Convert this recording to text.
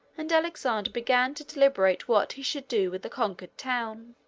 and alexander began to deliberate what he should do with the conquered town.